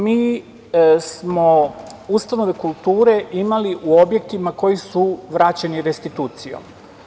Mi smo ustanove kulture imali u objektima koji su vraćeni restitucijom.